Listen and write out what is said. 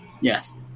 Yes